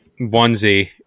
Onesie